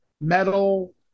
metal